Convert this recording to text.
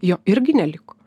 jo irgi neliko